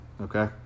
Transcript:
okay